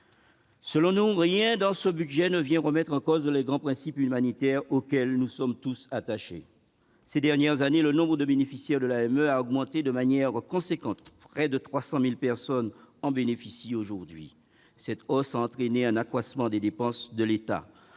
Selon nous, rien dans ce budget ne vient remettre en cause les grands principes humanitaires, auxquels nous sommes tous attachés. Au cours des dernières années, le nombre de bénéficiaires de l'AME a augmenté de manière importante. Près de 300 000 personnes bénéficient du dispositif aujourd'hui. Cette hausse a entraîné un accroissement des dépenses de l'État